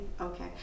okay